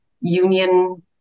union